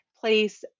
place